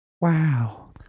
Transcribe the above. wow